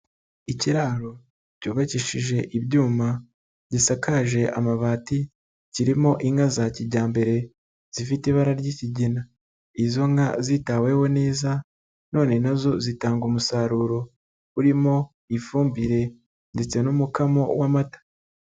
Ikiraro cyubakishije ibyuma, gisakaje amabati kirimo inka za kijyambere zifite ibara ry'ikigina, izo nka zitaweho neza, none na zo zitanga umusaruro urimo ifumbire ndetse n'umukamo w'amata.